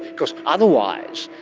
because otherwise,